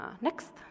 Next